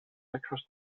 across